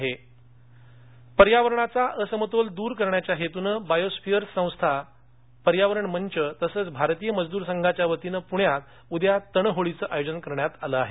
तण होळी पर्यावरणाचा असमतोल दूर करण्याच्या हेतूनं बायोस्फिअर्स संस्था पर्यावरण मंच तसंच भारतीय मजदूर संघाच्या वतीनं प्रण्यात उद्या तण होळीचं आयोजन करण्यात आलं आहे